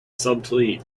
subtly